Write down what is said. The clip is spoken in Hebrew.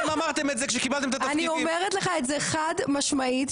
אני אומרת לך את זה חד משמעית,